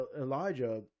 Elijah